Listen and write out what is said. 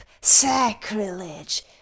sacrilege